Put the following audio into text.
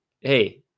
hey